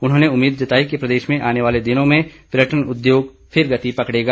उन्होंने उम्मीद जताई कि प्रदेश में आने वाले दिनों में पर्यटन उद्योग फिर गति पकड़ेगा